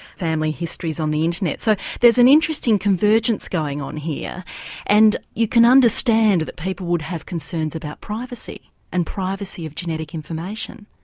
family histories on the internet. so there's an interesting convergence going on here and you can understand that people would have concerns about privacy and privacy of genetic information.